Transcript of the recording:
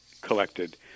collected